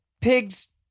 pigs